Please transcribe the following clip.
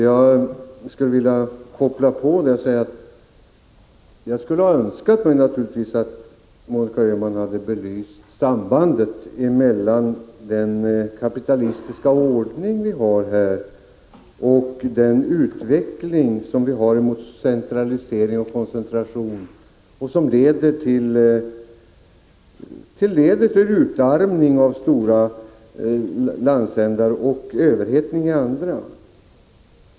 Jag skulle vilja koppla till detta och säga att jag naturligtvis skulle önska att Monica Öhman hade belyst sambandet mellan den kapitalistiska ordning som vi har här i landet och den utveckling mot centralisering och koncentration som leder till utarmning av stora landsändar och överhettning av andra.